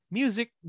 music